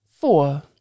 Four